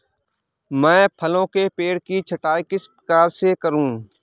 मैं फलों के पेड़ की छटाई किस प्रकार से करूं?